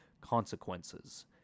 consequences